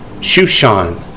Shushan